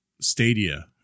Stadia